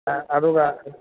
ꯑꯗꯨꯒ